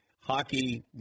hockey